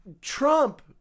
Trump